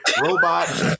robot